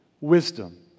wisdom